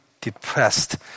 depressed